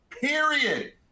period